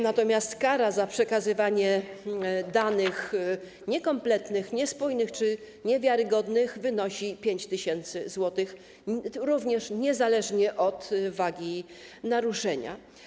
Natomiast kara za przekazywanie danych niekompletnych, niespójnych czy niewiarygodnych wynosi 5 tys. zł, również niezależnie od wagi naruszenia.